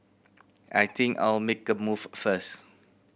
I think I'll make a move first